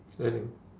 selling